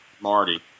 Marty